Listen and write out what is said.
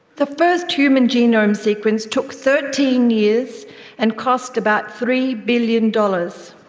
the first human genome sequence took thirteen years and cost about three billion dollars.